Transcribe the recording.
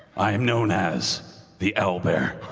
i am known as the owlbear.